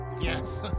Yes